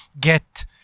get